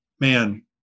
Man